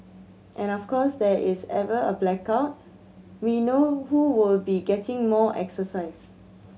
and of course there is ever a blackout we know who will be getting more exercise